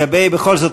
בכל זאת,